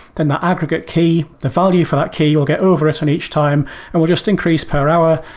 then the aggregate key, the value for that key will get overwritten each time and will just increase per hour.